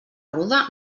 ruda